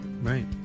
Right